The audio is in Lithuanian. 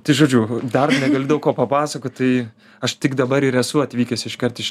tai žodžiu dar daug ko papasakot tai aš tik dabar ir esu atvykęs iškart iš